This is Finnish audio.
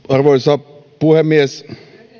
arvoisa puhemies